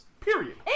Period